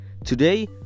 today